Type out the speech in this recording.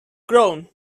groan